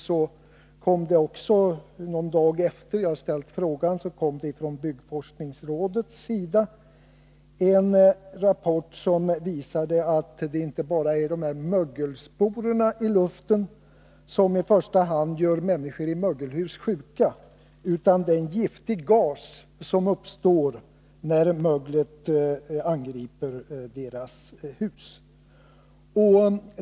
Någon dag efter det att jag hade ställt frågan kom det från byggforskningsrådet en rapport som visade att det inte är mögelsporerna i luften som i första hand gör människorna i mögelangripna hus sjuka utan den giftiga gas som uppstår när möglet angriper deras hus.